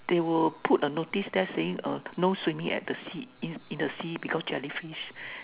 they will put a notice there saying uh no swimming at the sea in in the sea because jellyfish